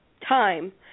time